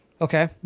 Okay